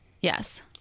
Yes